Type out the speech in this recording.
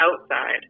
outside